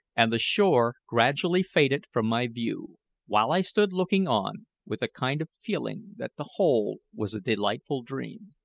and the shore gradually faded from my view while i stood looking on, with a kind of feeling that the whole was a delightful dream.